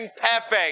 perfect